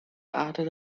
aarde